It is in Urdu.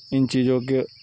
ان چیزوں کے